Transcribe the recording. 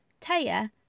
Taya